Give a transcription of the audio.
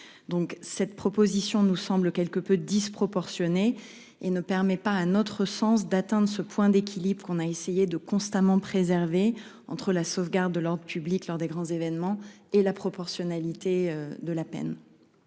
Donc cette proposition nous semble quelque peu disproportionné et ne permet pas un autre sens d'atteindre ce point d'équilibre qu'on a essayé de constamment préserver entre la sauvegarde de l'ordre public lors des grands événements et la proportionnalité de la peine.